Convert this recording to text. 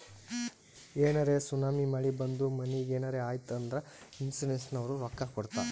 ಏನರೇ ಸುನಾಮಿ, ಮಳಿ ಬಂದು ಮನಿಗ್ ಏನರೇ ಆಯ್ತ್ ಅಂದುರ್ ಇನ್ಸೂರೆನ್ಸನವ್ರು ರೊಕ್ಕಾ ಕೊಡ್ತಾರ್